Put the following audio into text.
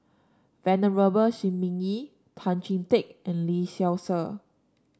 Venerable Shi Ming Yi Tan Chee Teck and Lee Seow Ser